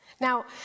Now